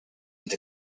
need